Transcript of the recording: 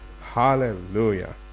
Hallelujah